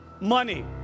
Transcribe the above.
money